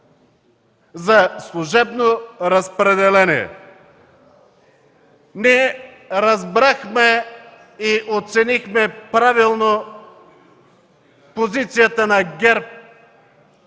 за служебно разпределение. Ние разбрахме и оценихме правилно позицията на ГЕРБ